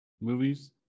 movies